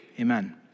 Amen